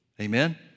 Amen